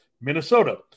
Minnesota